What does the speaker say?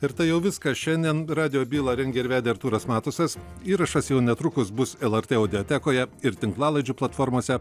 ir tai jau viskas šiandien radijo bylą rengė ir vedė artūras matusas įrašas jau netrukus bus lrt audiotekoje ir tinklalaidžių platformose